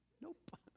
Nope